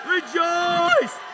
Rejoice